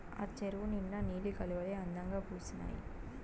ఆ చెరువు నిండా నీలి కలవులే అందంగా పూసీనాయి